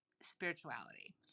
spirituality